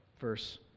Verse